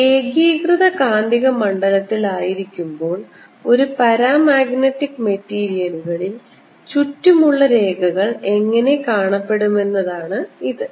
ഒരു ഏകീകൃത കാന്തിക മണ്ഡലത്തിൽ ആയിരിക്കുമ്പോൾ ഒരു പാരാമാഗ്നറ്റിക് മെറ്റീരിയലിൽ ചുറ്റുമുള്ള രേഖകൾ എങ്ങനെ കാണപ്പെടുമെന്നതാണ് ഇത്